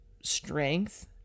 strength